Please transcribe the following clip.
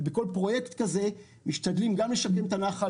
ובכל פרויקט כזה משתדלים גם לשקם את הנחל